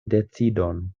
decidon